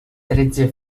tretze